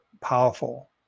powerful